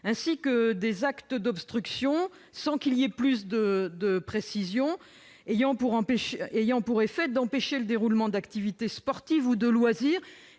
ainsi que des actes d'obstruction, sans plus de précisions, ayant pour effet d'empêcher le déroulement d'activités sportives ou de loisir.